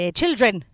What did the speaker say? Children